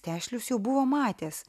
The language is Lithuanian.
tešlius jau buvo matęs